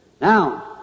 now